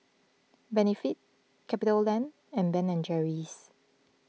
Benefit CapitaLand and Ben and Jerry's